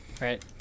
Right